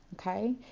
Okay